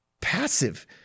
passive